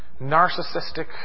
narcissistic